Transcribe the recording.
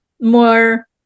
more